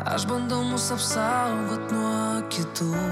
aš bandau mus apsaugot nuo kitų